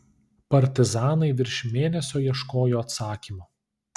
partizanai virš mėnesio ieškojo atsakymo